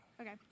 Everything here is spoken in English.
Okay